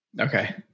okay